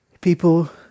people